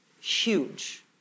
Huge